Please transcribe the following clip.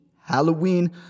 Halloween